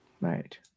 Right